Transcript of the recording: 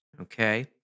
okay